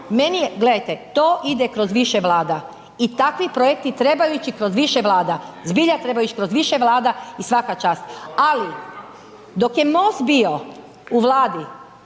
Meni je, gledajte to ide kroz više vlada i takvi projekti trebaju ići kroz više vlada, zbilja trebaju ići kroz više vlada i svaka čast, ali dok je MOST bio u vladi